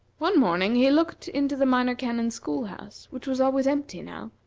one morning he looked into the minor canon's school-house, which was always empty now,